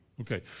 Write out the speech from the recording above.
Okay